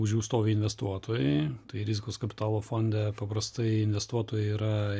už jų stovi investuotojai tai rizikos kapitalo fonde paprastai investuotojai yra